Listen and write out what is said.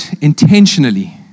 intentionally